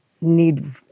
need